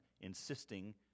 insisting